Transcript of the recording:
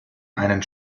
einen